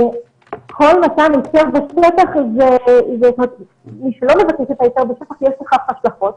ולכל מתן היתר בשטח שלא מבטא את ההיתר בשטח יש לו השלכות,